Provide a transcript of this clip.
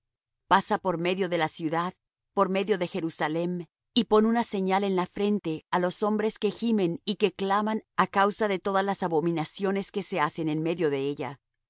pasa por medio de la ciudad por medio de jerusalem y pon una señal en la frente á los hombres que gimen y que claman á causa de todas las abominaciones que se hacen en medio de ella